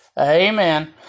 Amen